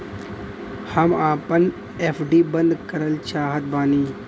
हम आपन एफ.डी बंद करल चाहत बानी